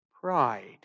pride